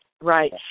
right